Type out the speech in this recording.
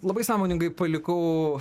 labai sąmoningai palikau